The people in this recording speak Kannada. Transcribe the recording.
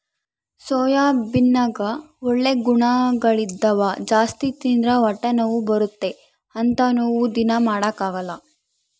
ಸೋಯಾಬೀನ್ನಗ ಒಳ್ಳೆ ಗುಣಗಳಿದ್ದವ ಜಾಸ್ತಿ ತಿಂದ್ರ ಹೊಟ್ಟೆನೋವು ಬರುತ್ತೆ ಅಂತ ನಾವು ದೀನಾ ಮಾಡಕಲ್ಲ